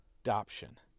adoption